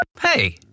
Hey